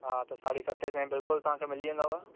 हा त साढी सत से बिल्कुलु तव्हांखे मिली वेंदुव